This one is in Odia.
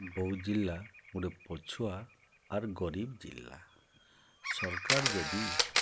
ବୌଦ୍ଧ୍ ଜିଲ୍ଲା ଗୁଟେ ପଛୁଆ ଆର୍ ଗରିବ୍ ଜିଲ୍ଲା ସର୍କାର୍ ଯଦି